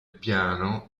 piano